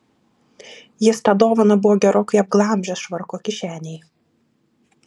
jis tą dovaną buvo gerokai apglamžęs švarko kišenėj